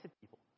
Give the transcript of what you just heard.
people